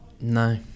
no